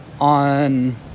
on